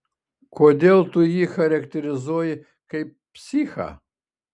kodėl tu jį charakterizuoji kaip psichą